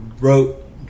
wrote